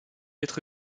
être